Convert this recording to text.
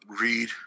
read